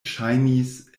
ŝajnis